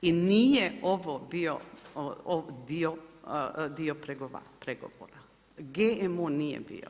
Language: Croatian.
I nije ovo bio dio pregovora, GMO nije bio.